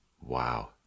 Wow